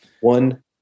one